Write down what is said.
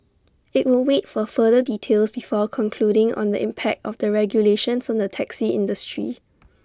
IT will wait for further details before concluding on the impact of the regulations on the taxi industry